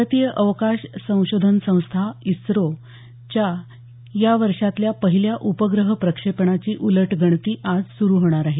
भारतीय अवकाश संशोधन संस्था इस्रोच्या या वर्षातल्या पहिल्या उपग्रह प्रक्षेपणाची उलटगणती आज सुरू होणार आहे